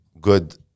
good